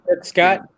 Scott